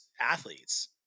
athletes